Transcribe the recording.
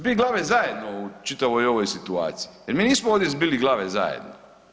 Zbiti glave zajedno u čitavoj ovoj situaciji, jer mi nismo ovdje zbili glave zajedno.